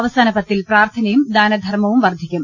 അവസാന പത്തിൽ പ്രാർത്ഥനയും ദാനധർമ്മവും വർദ്ധിക്കും